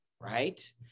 right